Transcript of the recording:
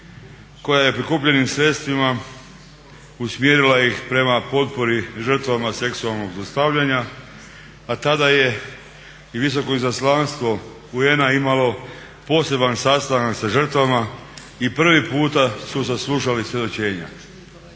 koja je prikupljenim sredstvima usmjerila ih prema potpori žrtvama seksualnog zlostavljanja, a tada je i visoko izaslanstvo UN-a imalo poseban sastanak sa žrtvama i prvi puta su saslušali svjedočenja.